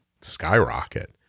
skyrocket